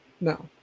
No